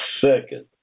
Second